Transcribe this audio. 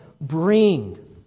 bring